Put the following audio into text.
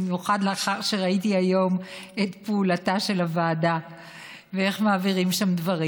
במיוחד לאחר שראיתי היום את פעולתה של הוועדה ואיך מעבירים שם דברים.